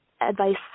advice